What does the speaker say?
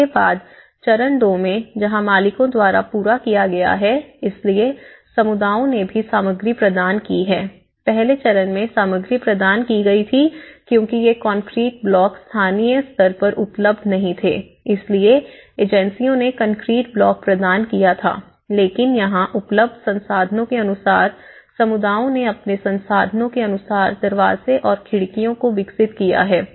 इसके बाद चरण दो में जहाँ मालिकों द्वारा पूरा किया गया है इसलिए समुदायों ने भी सामग्री प्रदान की है पहले चरण में सामग्री प्रदान की गई थी क्योंकि ये कंक्रीट ब्लॉक स्थानीय स्तर पर उपलब्ध नहीं थे इसलिए एजेंसियों ने कंक्रीट ब्लॉक प्रदान किया था लेकिन यहाँ उपलब्ध संसाधनों के अनुसार समुदायों ने अपने संसाधनों के अनुसार दरवाजे और खिड़कियों को विकसित किया है